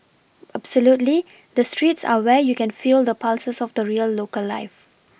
absolutely the streets are where you can feel the pulses of the real local life